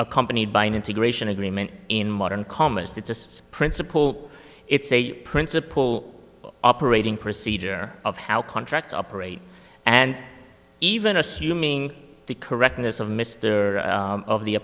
accompanied by an integration agreement in modern comest its principle its a principle operating procedure of how contracts operate and even assuming the correctness of mr of the